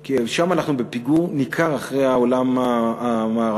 כי שם אנחנו בפיגור ניכר אחרי העולם המערבי,